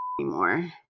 anymore